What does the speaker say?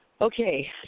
Okay